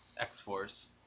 x-force